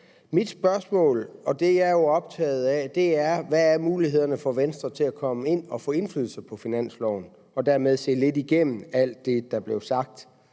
Mit spørgsmål og det, jeg er optaget af, er, hvad mulighederne er for Venstre til at komme ind og få indflydelse på finansloven – og dermed se lidt igennem alt det, der blev sagt.